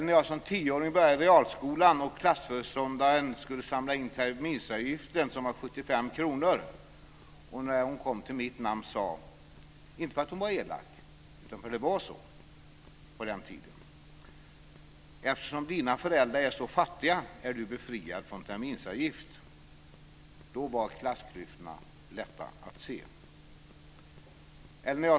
När jag som tioåring började i realskolan och klassföreståndaren skulle samla in terminsavgiften som var 75 kr sade hon när hon kom till mitt namn - inte för att hon var elak utan för att det var så på den tiden: Eftersom dina föräldrar är så fattiga är du befriad från terminsavgift. Då var klassklyftorna lätta att se.